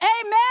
Amen